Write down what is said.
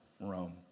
Rome